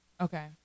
Okay